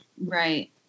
Right